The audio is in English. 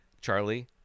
Charlie